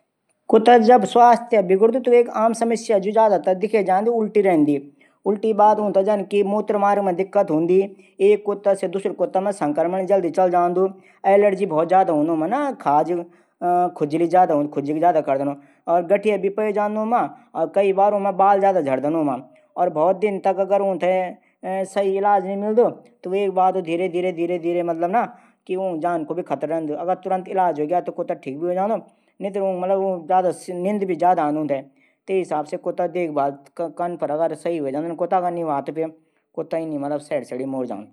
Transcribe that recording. कुता जब स्वास्थ्य बिगडूदू च ज्यादातर दिखे जांदू कि उल्टी रैंदी। और मूत्रमार्ग मा दिक्कत हूंदी। एक कुता से दूशरू कुता मां सकर्मक जल्दी चली जांदू खजी बहुत ज्यादा हूदू ऊंमा गठिया भी पाये जांदू ऊंमा कई बार बाल बहुत झडदा ऊंमा बहुत दिन तक अगर सही इलाज नी मिलदू वे बाद धीरे धीरे उंक जान भी खतरा रैंदू। अगर तुरन्त इलाज हवेग्या तक ठिक भी ह्वे जांदा नींद भी ज्यादा आंदी ऊथै देखभाल कन पर ठिक ह्वे जांदा कुता।